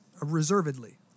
reservedly